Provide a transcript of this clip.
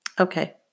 Okay